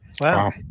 Wow